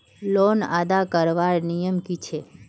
Loan अदा करवार नियम की छे?